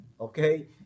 Okay